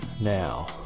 now